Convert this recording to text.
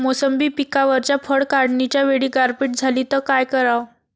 मोसंबी पिकावरच्या फळं काढनीच्या वेळी गारपीट झाली त काय कराव?